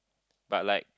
but like